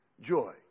joy